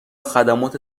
خدمات